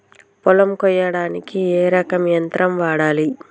పొలం కొయ్యడానికి ఏ రకం యంత్రం వాడాలి?